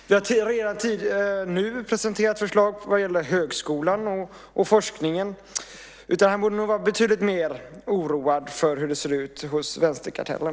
Vi har redan nu presenterat förslag när det gäller högskolan och forskningen. Han borde vara betydligt mer oroad för hur det ser ut hos vänsterkartellen.